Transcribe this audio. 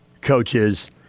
coaches